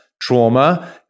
Trauma